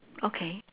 okay